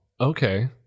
okay